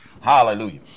Hallelujah